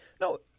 No